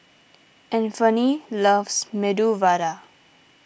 Anfernee loves Medu Vada